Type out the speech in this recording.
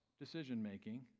decision-making